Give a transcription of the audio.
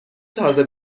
تازه